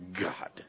God